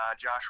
Josh